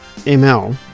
ML